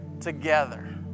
together